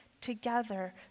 together